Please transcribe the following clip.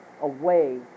away